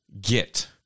get